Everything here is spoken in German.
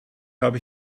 habe